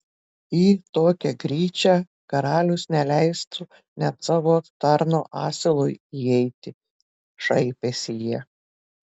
į tokią gryčią karalius neleistų net savo tarno asilui įeiti šaipėsi jie